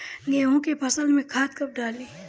गेहूं के फसल में खाद कब डाली?